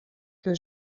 que